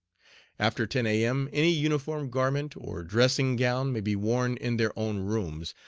after ten a m. any uniform garment or dressing-gown may be worn in their own rooms,